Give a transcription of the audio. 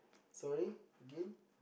sorry again